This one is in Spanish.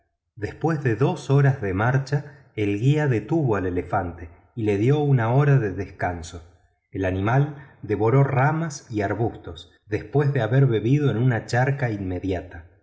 después de dos horas de marcha el guía detuvo al elefante y le dio una hora de descanso el animal devoró ramas y arbustos después de haber bebido en una charca inmediata